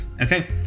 Okay